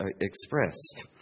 expressed